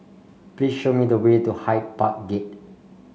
please show me the way to Hyde Park Gate